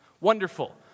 Wonderful